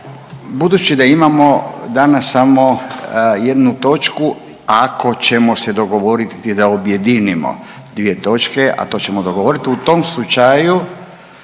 budući da imamo danas samo jednu točku, ako ćemo se dogovoriti da objedinimo dvije točke, a to ćemo dogovoriti, u tom slučaju